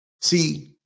See